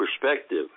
perspective